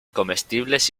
comestibles